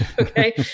Okay